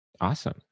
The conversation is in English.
Awesome